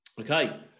Okay